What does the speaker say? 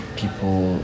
people